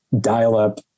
dial-up